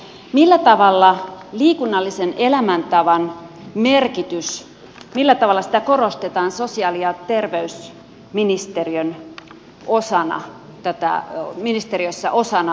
millä tavalla liikunnallisen elämäntavan merkitystä korostetaan sosiaali ja terveysministeriössä osana tätä työurien pidentämistä